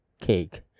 cake